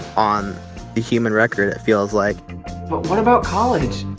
on the human record, it feels like but what about college?